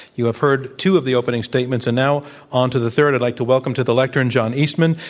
you have heard two of the opening statements, and now on to the third. i'd like to welcome to the lectern john eastman.